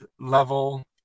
level